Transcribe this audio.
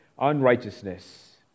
unrighteousness